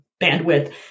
bandwidth